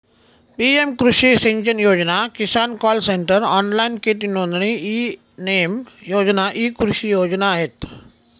PM कृषी सिंचन योजना, किसान कॉल सेंटर, ऑनलाइन कीट नोंदणी, ई नेम योजना इ कृषी योजना आहेत